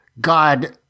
God